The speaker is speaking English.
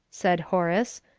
said horace.